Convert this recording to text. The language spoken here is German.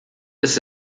ist